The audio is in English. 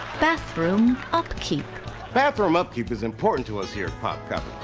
bathroom upkeep bathroom upkeep is important to us here at popcopy.